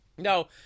No